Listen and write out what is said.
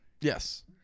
Yes